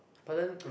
but then